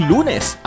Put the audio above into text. Lunes